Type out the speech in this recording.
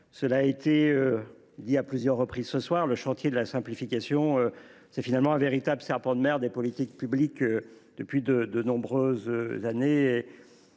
cela a été dit à plusieurs reprises : le chantier de la simplification est un véritable serpent de mer des politiques publiques depuis de nombreuses années.